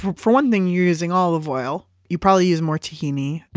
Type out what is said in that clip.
for one thing, you're using olive oil, you probably use more tahini.